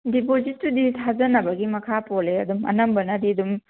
ꯗꯤꯄꯣꯖꯤꯠꯇꯨꯗꯤ ꯊꯥꯖꯅꯕꯒꯤ ꯃꯈꯥ ꯄꯣꯜꯂꯦ ꯑꯗꯨꯝ ꯑꯅꯝꯕꯅꯗꯤ ꯑꯗꯨꯝ